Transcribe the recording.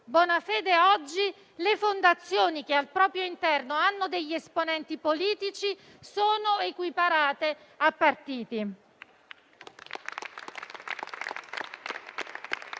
Bonafede, oggi le fondazioni che al proprio interno hanno degli esponenti politici sono equiparate a partiti.